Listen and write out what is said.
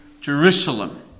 Jerusalem